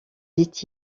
dit